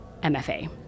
MFA